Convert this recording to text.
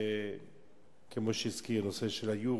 כפי שהוזכר, על נושא היורו,